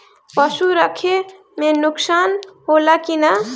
पशु रखे मे नुकसान होला कि न?